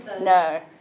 No